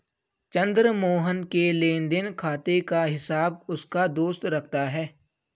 चंद्र मोहन के लेनदेन खाते का हिसाब उसका दोस्त रखता है